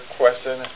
question